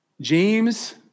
James